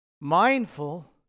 Mindful